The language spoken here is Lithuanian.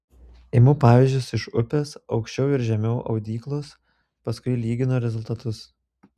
imu pavyzdžius iš upės aukščiau ir žemiau audyklos paskui lyginu rezultatus